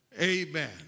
amen